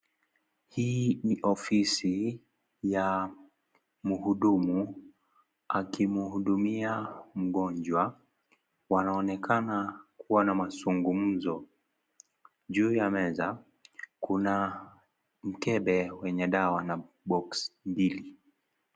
Hii ni ofisi ya mhudumu akimhudumia mgonjwa . Wanaonekana kuwa na mazungumzo . Juu ya meza kuna mkebe wenye dawa na box mbili.